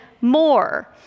more